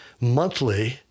monthly